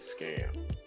scam